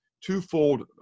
twofold